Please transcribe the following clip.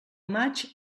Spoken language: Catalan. maig